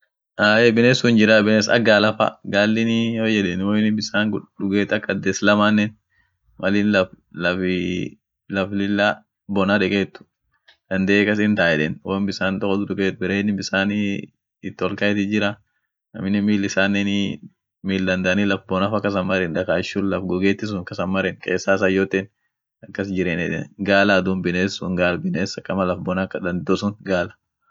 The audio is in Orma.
Ahey biness sun hinjiray, biness ak gaala fa, gaalinii won yeden woinin bissan duget ak addes lamanen malin laf-lafii laff lilla bonna dekeet dandee kas hintaay yeden woin bissan tokotu duget, beere innin bissanii it ol kaetit jirra aminen miil isanenii mill dandani laf bona fa kasan marren, dakaach sun, laff gogeeti sun kasan marren qessan issan yooten akas jireni eden, gaala duum biness sun gaal biness akama laf bona dando sun gaal.